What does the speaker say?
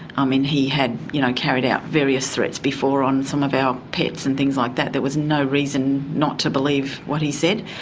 i mean, he had you know carried out various threats before on some of our pets and things like that, there was no reason not to believe what he said.